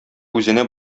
үзенә